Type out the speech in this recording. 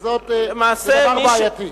וזה דבר בעייתי.